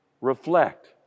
reflect